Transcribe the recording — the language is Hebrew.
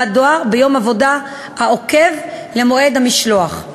הדואר ביום העבודה העוקב למועד המשלוח.